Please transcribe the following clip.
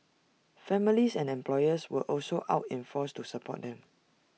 families and employers were also out in force to support them